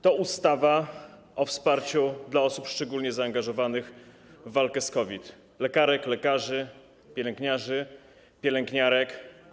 To ustawa o wsparciu dla osób szczególnie zaangażowanych w walkę z COVID - lekarek, lekarzy, pielęgniarzy, pielęgniarek.